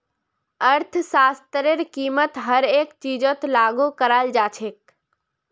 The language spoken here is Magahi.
अर्थशास्त्रतेर कीमत हर एक चीजत लागू कराल जा छेक